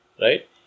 Right